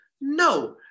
No